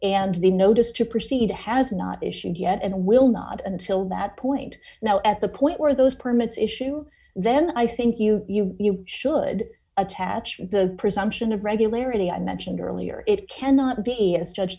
and the notice to proceed has not issued yet and will not until that point now at the point where those permits issue then i think you should attach the presumption of regularity i mentioned earlier it cannot be a